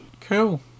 Cool